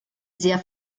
sehr